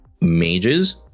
mages